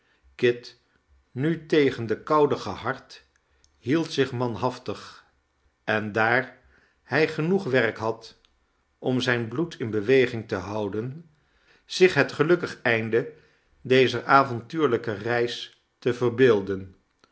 kit nu tegen de koude gehard hield zich manhaftig en daar hij genoeg werk had om zijn bloed in beweging te houden zich het gelukkig einde dezer avontuurlijke reis te verbeelden